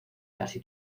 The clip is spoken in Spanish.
casi